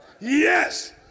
yes